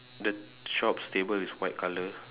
the shop's table is white colour